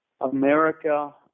America